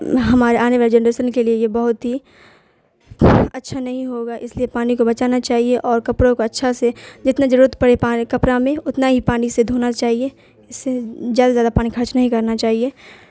ہمارے آنے والی جنریشن کے لیے یہ بہت ہی اچھا نہیں ہوگا اس لیے پانی کو بچانا چاہیے اور کپڑوں کا اچھا سے جتنا جرورت پڑے پانی کپڑا میں اتنا ہی پانی سے دھونا چاہیے اس سے جیادہ سے زیادہ پانی خرچ نہیں کرنا چاہیے